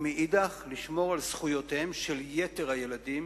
ומאידך לשמור על זכויותיהם של יתר הילדים,